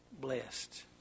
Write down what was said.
blessed